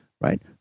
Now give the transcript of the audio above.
right